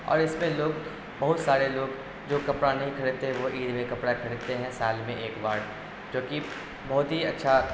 اور اس میں لوگ بہت سارے لوگ جو کپڑا نہیں خریدتے ہیں وہ عید میں کپڑا کھریدتے ہیں سال میں ایک بار جو کہ بہت ہی اچھا